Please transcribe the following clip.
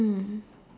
mm